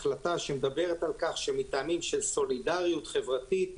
שמדברת על כך שמטעמים של סולידריות חברתית,